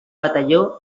batalló